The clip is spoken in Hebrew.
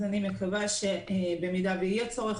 אז אני מקווה שבמידה שיהיה צורך,